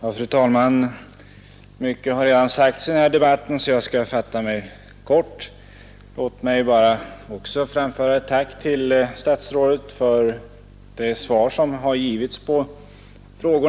Fru talman! Mycket har redan sagts i denna debatt, och jag skall därför fatta mig kort. Också jag vill framföra ett tack till statsrådet för det svar jag fått på min enkla fråga.